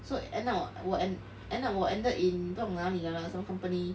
so end up 我我 end end up 我 end up in 不懂哪里的 lah 什么 company